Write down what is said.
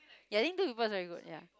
ya I think two people is very good ya